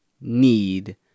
need